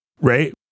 Right